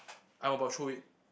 I'm about throw it